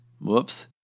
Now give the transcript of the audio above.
Whoops